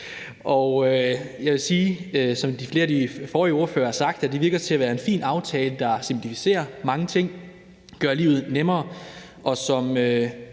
som flere af de foregående ordførere har sagt, at det lader til at være en fin aftale, der simplificerer mange ting og gør livet nemmere. Som